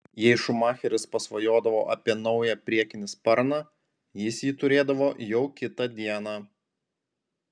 jei schumacheris pasvajodavo apie naują priekinį sparną jis jį turėdavo jau kitą dieną